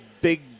big